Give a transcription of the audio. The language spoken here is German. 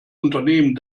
unternehmen